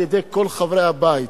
על-ידי כל חברי הבית,